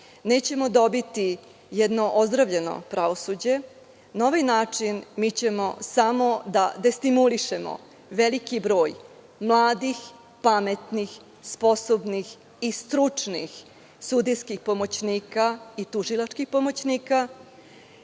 nećemo dobiti jedno ozdravljeno pravosuđe i na ovaj način mi ćemo samo da destimulišemo veliki broj mladih, pametnih, sposobnih i stručnih sudijskih pomoćnika i tužilačkih pomoćnika,